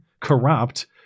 corrupt